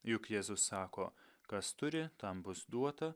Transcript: juk jėzus sako kas turi tam bus duota